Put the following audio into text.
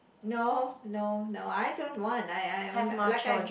no no no I don't want I I'm like I'm